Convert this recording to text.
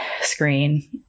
screen